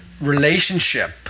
relationship